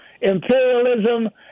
imperialism